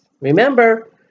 Remember